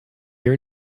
hear